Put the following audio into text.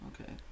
Okay